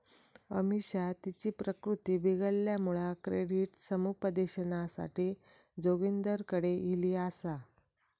अमिषा तिची प्रकृती बिघडल्यामुळा क्रेडिट समुपदेशनासाठी जोगिंदरकडे ईली आसा